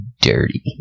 dirty